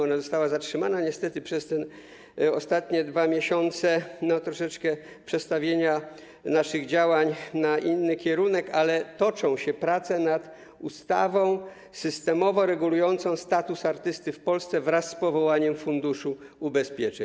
Ona została zatrzymana niestety przez ostatnie 2 miesiące, gdy doszło do przestawienia naszych działań na inny kierunek, ale toczą się prace nad ustawą systemowo regulującą status artysty w Polsce, wraz z powołaniem funduszu ubezpieczeń.